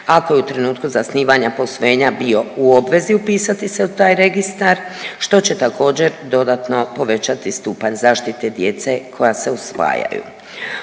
ako je u trenutku zasnivanja posvojenja bio u obvezi upisati se u taj registar što će također dodatno povećati stupanj zaštite djece koja se usvajaju.